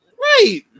Right